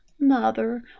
mother